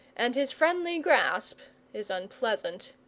and his friendly grasp is unpleasant.